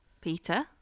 Peter